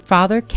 Father